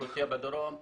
לאוכלוסייה בדרום,